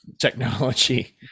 technology